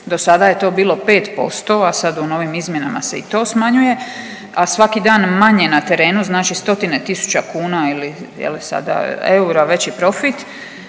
do sada je to bilo 5%, a sad u novim izmjenama se i to smanjuje, a svaki dan manje na terenu, znači stotine tisuća kuna, je li, sada, eura veći profit,